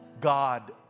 God